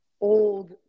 old